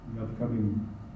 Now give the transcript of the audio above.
upcoming